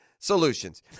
Solutions